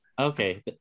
Okay